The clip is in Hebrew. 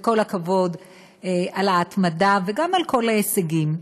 וכל הכבוד על ההתמדה, וגם על כל ההישגים.